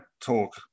talk